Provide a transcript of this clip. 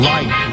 Life